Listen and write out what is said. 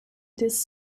this